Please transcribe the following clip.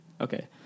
okay